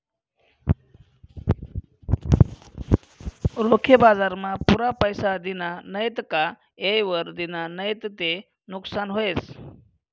रोखे बजारमा पुरा पैसा दिना नैत का येयवर दिना नैत ते नुकसान व्हस